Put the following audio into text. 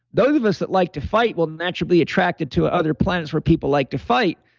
those of us that like to fight will naturally attracted to other planets where people like to fight.